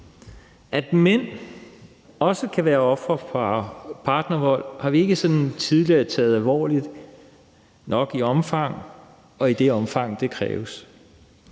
At mænd også kan være ofre for partnervold, har vi ikke tidligere taget alvorligt nok i det omfang, det kræves,